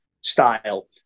style